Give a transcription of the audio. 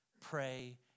pray